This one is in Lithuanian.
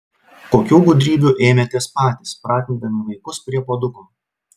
kokių gudrybių ėmėtės patys pratindami vaikus prie puoduko